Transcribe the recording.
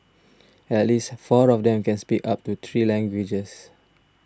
at least four of them can speak up to three languages